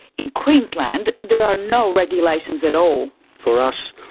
in queensland there are no regulations at all. for us,